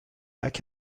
lacs